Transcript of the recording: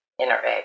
interact